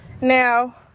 Now